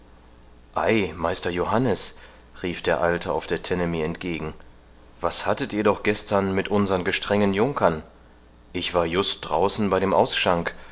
ei meister johannes rief der alte auf der tenne mir entgegen was hattet ihr doch gestern mit unseren gestrengen junkern ich war just draußen bei dem ausschank